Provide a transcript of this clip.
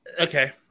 Okay